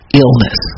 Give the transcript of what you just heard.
illness